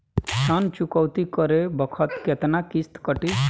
ऋण चुकौती करे बखत केतना किस्त कटी?